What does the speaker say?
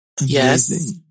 Yes